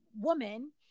woman